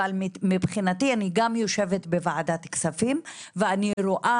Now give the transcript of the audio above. אבל מבחינתי אני גם יושבת בוועדת כספים ואני רואה